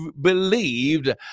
believed